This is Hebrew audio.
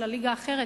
של הליגה האחרת,